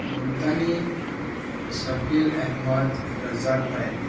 Multani Sakil Ahmad Razakbhai